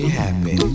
happy